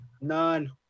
none